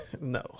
No